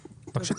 בבקשה.